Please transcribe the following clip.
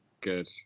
Good